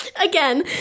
again